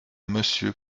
monsieur